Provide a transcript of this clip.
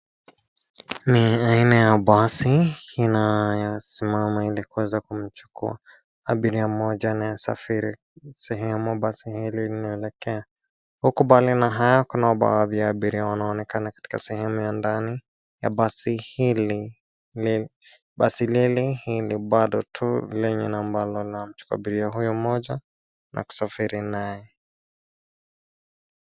Ni aina ya basi, inayosimama ili kuweza kumchukua, abiria mmoja anaye safiri, sehemu basi hili linaelekea. Huku mbali na hayo kuna baadhi ya abiria wanaonekana katika sehemu ya ndani ya basi hili. Basi lili hili bado tu lenye nambari linamchukua abiria huyu mmoja na kusafiri naye.